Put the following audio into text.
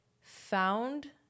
found